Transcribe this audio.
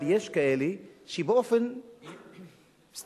אבל יש כאלה שבאופן, אפשר